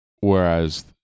Whereas